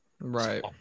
Right